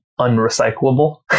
unrecyclable